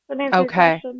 okay